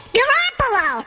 Garoppolo